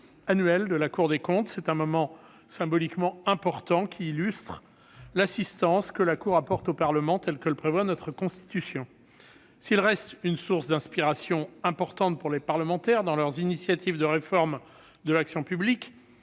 de la Cour des comptes. C'est un moment symboliquement important, qui illustre l'assistance que la Cour apporte au Parlement, tel que le prévoit notre Constitution. S'il reste une source d'inspiration essentielle pour les parlementaires dans leurs initiatives de réforme de l'action publique,